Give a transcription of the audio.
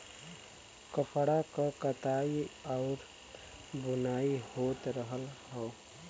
कपड़ा क कताई आउर बुनाई होत रहल हौ